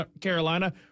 Carolina